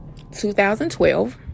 2012